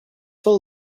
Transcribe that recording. full